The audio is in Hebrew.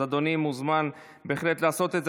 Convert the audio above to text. אז אדוני מוזמן בהחלט לעשות את זה.